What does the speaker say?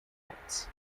arts